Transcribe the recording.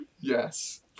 Yes